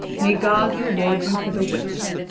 may god reward you for the wish.